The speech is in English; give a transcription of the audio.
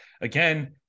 again